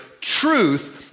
Truth